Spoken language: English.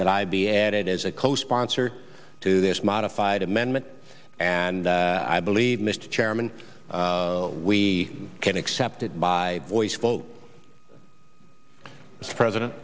that i be added as a co sponsor to this modified amendment and i believe mr chairman we can accept it by voice vote as president